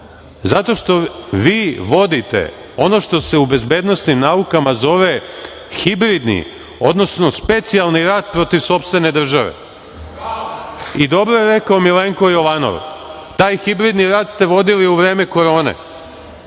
što vi vodite ono što se u bezbednosnim naukama zove hibridni, odnosno specijalni rat protiv sopstvene države i dobro je rekao Milenko Jovanov, taj hibridni rad ste vodili u vreme Korone,